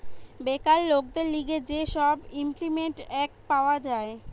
বেকার লোকদের লিগে যে সব ইমল্পিমেন্ট এক্ট পাওয়া যায়